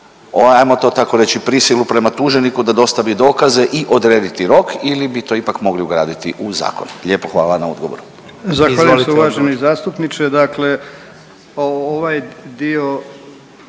ajmo to tako reći, prisilu prema tuženiku da dostavi dokaze i odrediti rok ili bi to ipak mogli ugraditi u zakon. Lijepo hvala na odgovoru.